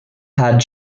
had